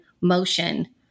motion